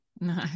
No